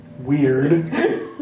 weird